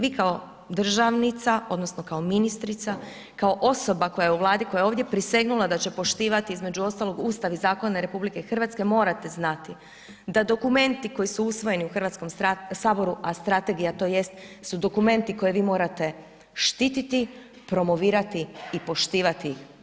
Vi kao državnica, odnosno kao ministrica, kao osoba koja je u Vladi, koja je ovdje prisegnula da će poštivati, između ostalog Ustav i zakone RH morate znati, da dokumenti koji su usvojeni u HS-u, a strategija to jest su dokumenti koje vi morate štititi, promovirati i poštivati.